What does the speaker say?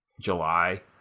july